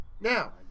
Now